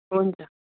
हुन्छ